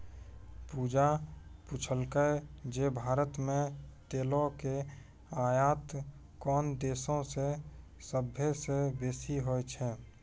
पूजा पुछलकै जे भारत मे तेलो के आयात कोन देशो से सभ्भे से बेसी होय छै?